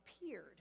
appeared